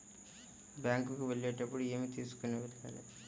Bank కు వెళ్ళేటప్పుడు ఏమి తీసుకొని వెళ్ళాలి?